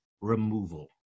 removal